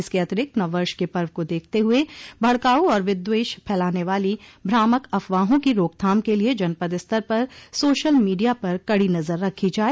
इसके अतिरिक्त नव वर्ष के पर्व को देखते हुए भड़काऊ और विद्वेष फैलाने वाली भ्रामक अफवाहों की रोकथाम के लिये जनपद स्तर पर सोशल मीडिया पर कड़ी नजर रखी जाये